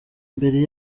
mbere